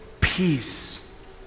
peace